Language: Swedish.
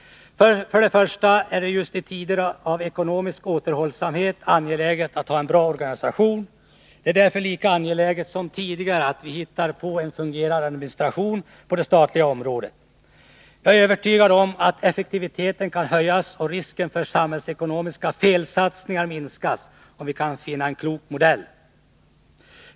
För det första är det just i tider av ekonomisk återhållsamhet angeläget att ha en bra organisation. Det är därför lika angeläget som tidigare att vi hittar en fungerande administration på det statliga området. Jag är övertygad om att effektiviteten kan höjas och risken för samhällsekonomiska felsatsningar minskas, om vi kan finna en klok modell.